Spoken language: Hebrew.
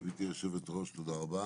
גברתי היושבת-ראש, תודה רבה,